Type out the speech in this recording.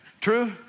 True